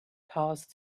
passed